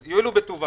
אז יואילו בטובם,